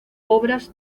obras